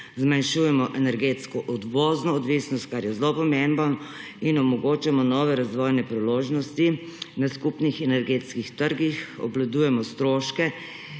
zmanjšujemo energetsko odvozno odvisnost, kar je zelo pomembno, in omogočamo nove razvojne priložnosti na skupnih energetskih trgih, obvladujemo stroške